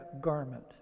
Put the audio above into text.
garment